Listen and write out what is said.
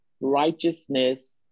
righteousness